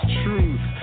truth